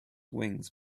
wings